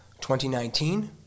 2019